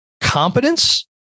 competence